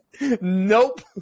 Nope